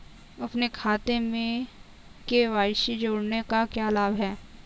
अपने खाते में के.वाई.सी जोड़ने का क्या लाभ है?